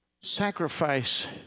sacrifice